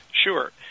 Sure